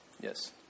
Yes